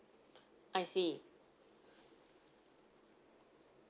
I see